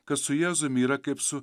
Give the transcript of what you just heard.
kad su jėzumi yra kaip su